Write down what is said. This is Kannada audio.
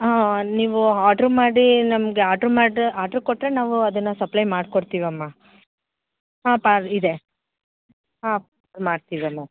ಆಂ ನೀವು ಆರ್ಡ್ರು ಮಾಡಿ ನಮ್ಗೆ ಆರ್ಡ್ರು ಮಾಡಿ ಆರ್ಡ್ರು ಕೊಟ್ಟರೆ ನಾವು ಅದನ್ನ ಸಪ್ಲೈ ಮಾಡಿ ಕೊಡ್ತೀವಮ್ಮ ಹಾಂ ಪಾರ್ ಇದೆ ಹಾಂ ಮಾಡ್ತೀವಮ್ಮ